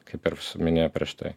kaip ir minėjau prieš tai